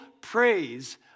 praise